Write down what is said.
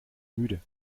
müde